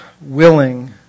willing